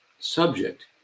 Subject